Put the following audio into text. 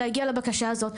בשביל להגיע לבקשה הזאת,